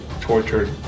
tortured